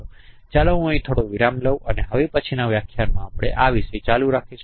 ચાલો હું અહીં થોડો વિરામ લઉં અને હવે પછીનાં વ્યાખ્યાન માં આ વિષય ચાલુ રાખીશું